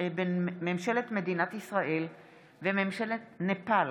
מדינת ישראל לממשלת נפאל